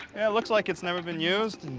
it looks like it's never been used, and.